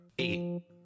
eight